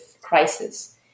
crisis